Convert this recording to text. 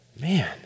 Man